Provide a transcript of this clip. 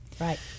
Right